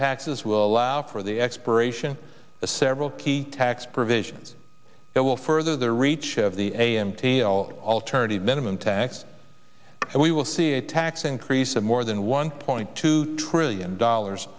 taxes will allow for the expiration of the several key tax provisions that will further the reach of the a m t all alternative minimum tax and we will see a tax increase of more than one point two trillion dollars